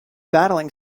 batting